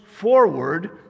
forward